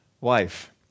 wife